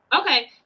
Okay